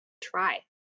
try